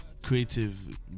creative